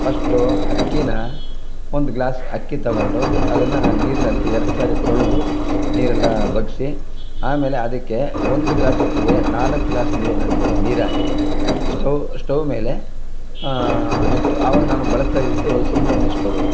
first ಅಕ್ಕಿನ ಒಂದು glass ಅಕ್ಕಿ ತಗೊಂಡು ಅದನ್ನು ನೀರಿನಲ್ಲಿ ಎರಡು ಸಾರಿ ತೊಳೆದು ನೀರೆಲ್ಲ ಬಗ್ಗಿಸಿ ಆಮೇಲೆ ಅದಕ್ಕೆ ಒಂದು ಗ್ಲಾಸ್ ಅಕ್ಕಿಗೆ ನಾಲ್ಕು ಗ್ಲಾಸ್ ನೀರಿನಂತೆ ನೀರಾಕಿ ಸ್ಟೌವ್ ಸ್ಟೌವ್ ಮೇಲೆ ಇಟ್ಟು ಆವಾಗ ನಾವು ಬಳಸ್ತಾಯಿದ್ದಿದ್ದು ಸೀಮೆಎಣ್ಣೆ ಸ್ಟೌವು